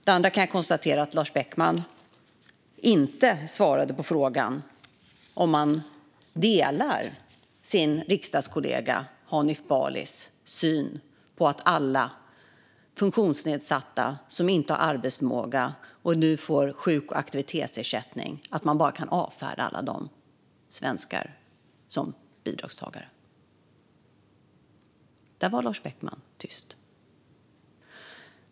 Jag kan konstatera att Lars Beckman inte svarade på frågan om han delar sin riksdagskollega Hanif Balis syn på alla funktionsnedsatta som inte har arbetsförmåga och som nu får sjuk och aktivitetsersättning. Kan man bara avfärda alla de svenskarna som bidragstagare? Där var Lars Beckman tyst.